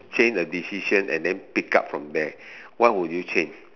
change the decision and then pick up from there what would you change